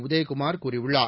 உதயகுமார் கூறியுள்ளார்